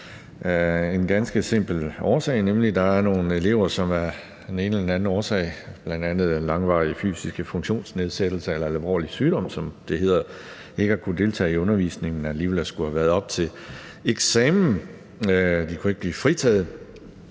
en ganske simpel ordning. Nemlig at der er nogle elever, som af den ene eller den anden årsag, bl.a. langvarige fysiske funktionsnedsættelser eller en alvorlig sygdom, som det hedder, ikke har kunnet deltage i undervisningen, og som alligevel skulle have været oppe til eksamen; de kunne ikke blive fritaget.